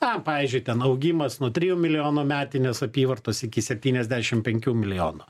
na pavyzdžiui ten augimas nuo trijų milijonų metinės apyvartos iki septyniasdešim penkių milijonų